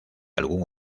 algún